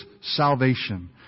salvation